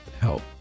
help